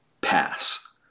Pass